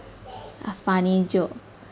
a funny joke